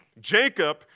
Jacob